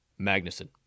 Magnuson